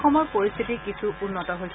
অসমৰ পৰিস্থিতি কিছু উন্নত হৈছে